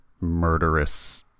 murderous